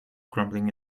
crumbling